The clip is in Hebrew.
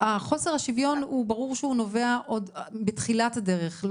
חוסר השוויון ברור שהוא נובע עוד בתחילת הדרך.